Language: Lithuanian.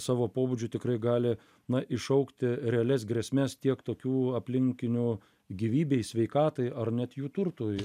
savo pobūdžiu tikrai gali na iššaukti realias grėsmes tiek tokių aplinkinių gyvybei sveikatai ar net jų turtui